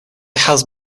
has